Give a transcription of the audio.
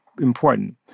important—